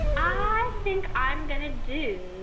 i think i'm going to do,